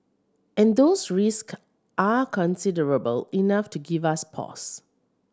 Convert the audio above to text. and those risk are considerable enough to give us pause